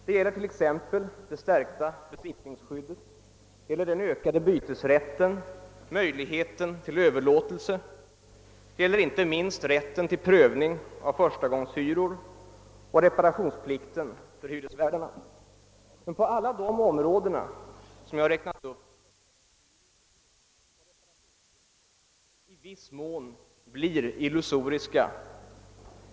Det gäller t.ex. det stärkta besittningsskyddet, eller den ökade bytesrätten, möjligheten till överlåtelse, och det gäller inte minst rätten till pröv På alla de områden, som jag räknat upp, finns det emellertid risker för att rättigheterna i viss mån blir illusoriska.